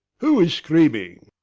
who is screaming?